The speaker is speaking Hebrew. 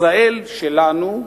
ישראל שלנו,